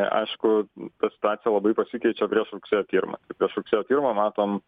aišku ta situacija labai pasikeičia prieš rugsėjo pirmą tai prieš rugsėjo pirmą matom